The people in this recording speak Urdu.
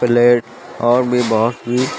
پلیٹ اور بھی بہت سی